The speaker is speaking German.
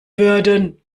werden